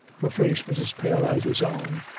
her face was as pale as his own,